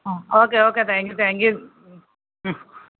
ആ okay okay thank you thank you hmm മ്